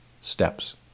steps